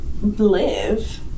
live